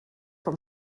vom